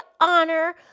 honor